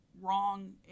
wrong